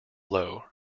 low